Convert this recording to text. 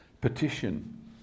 petition